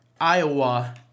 Iowa